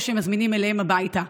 או שהם מזמינים אליהם הביתה